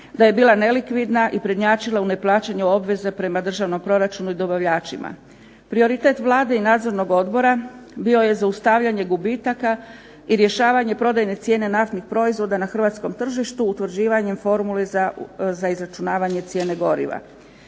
da je bila nelikvidna i prednjačila u neplaćanju obveze prema državnom proračunu i dobavljačima. Prioritet Vlade i nadzornog odbora bio je zaustavljanje gubitaka i rješavanje cijene naftnih proizvoda na hrvatskom tržištu, utvrđivanjem formule za izračunavanje cijene goriva.